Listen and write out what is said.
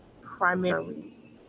primarily